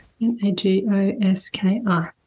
N-A-G-O-S-K-I